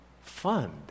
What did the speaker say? fund